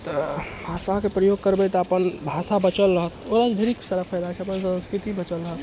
तऽ भाषाके प्रयोग करबै तऽ अपन भाषा बचल रहत ओकरासँ ढ़ेरी सारा फायदा छै अपन संस्कृति बचल रहत